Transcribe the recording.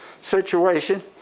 situation